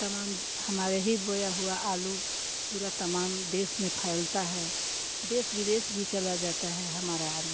तमाम हमारे ही बोया हुआ आलू पूरा तमाम देश में फैलता है देश विदेश भी चला जाता है हमारा आलू